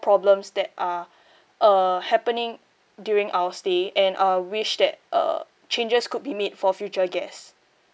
problems that are err happening during our stay and I wish that uh changes could be made for future guests